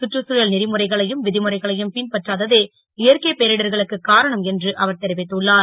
சுற்றுச் தழல் நெறிமுறைகளையும் வி முறைகளையும் பின்பற்றாததே இயற்கை பேரிடர்களுக்கு காரணம் என்று அவர் தெரிவித்துள்ளார்